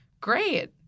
great